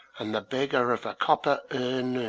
and the beggar of a copper